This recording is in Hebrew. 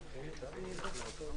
להסביר בקצרה,